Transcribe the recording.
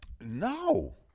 No